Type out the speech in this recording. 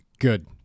good